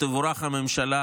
תבורך הממשלה,